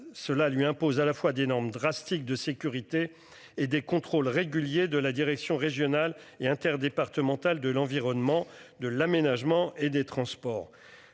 cela lui impose à la fois des normes drastiques de sécurité et des contrôles réguliers de la direction régionale et interdépartementale de l'environnement, de l'Aménagement et des Transports,